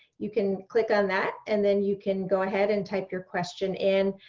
you can click on that and then you can go ahead and type your question in.